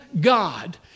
God